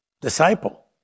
disciple